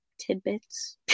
tidbits